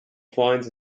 finds